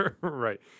Right